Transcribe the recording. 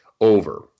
over